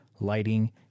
lighting